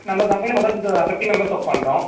நம்ம கம்பெனியில் மொத்தம் ஃபிஃப்ட்டி மெம்பெர்ஸ் ஒர்க் பண்ணுறோம்